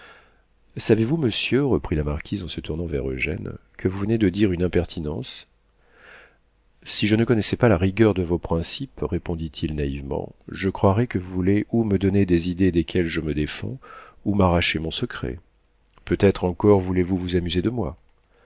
savez-vous monsieur reprit la marquise en se tournant vers eugène que vous venez de dire une impertinence si je ne connaissais pas la rigueur de vos principes répondit-il naïvement je croirais que vous voulez ou me donner des idées desquelles je me défends ou m'arracher mon secret peut-être encore voulez-vous vous amuser de moi